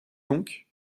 donc